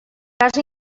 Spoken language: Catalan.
gas